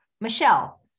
Michelle